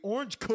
Orange